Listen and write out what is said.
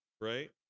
right